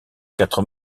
quatre